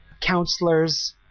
counselors